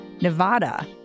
Nevada